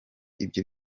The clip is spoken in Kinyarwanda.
ibyo